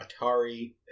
Atari